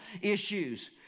issues